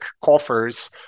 coffers